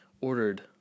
ordered